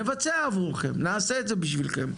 נבצע עבורכם, נעשה את זה בשבילכם.